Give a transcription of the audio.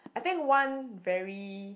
I think one very